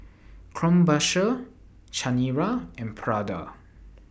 Krombacher Chanira and Prada